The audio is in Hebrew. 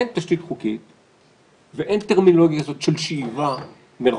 אין תשתית חוקית ואין טרמינולוגיה של שאיבה מרחוק,